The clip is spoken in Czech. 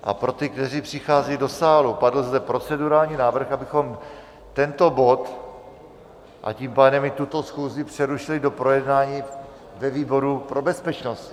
A pro ty, kteří přicházejí do sálu, padl zde procedurální návrh, abychom tento bod, a tím pádem i tuto schůzi přerušili do projednání ve výboru pro bezpečnost.